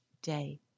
day